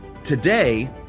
Today